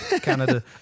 Canada